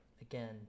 again